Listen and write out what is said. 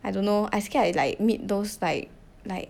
I don't know I scared I like meet those like like